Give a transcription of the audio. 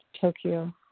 Tokyo